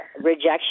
rejection